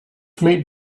meet